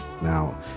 Now